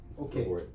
Okay